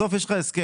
בסוף יש לך הסכם.